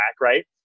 Right